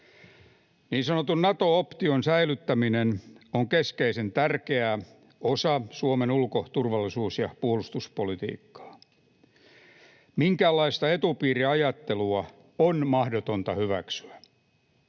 Niin sanotun Nato-option säilyttäminen on keskeisen tärkeä osa Suomen ulko‑, turvallisuus- ja puolustuspolitiikkaa. Minkäänlaista etupiiriajattelua on mahdotonta hyväksyä.